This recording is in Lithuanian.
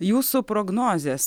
jūsų prognozės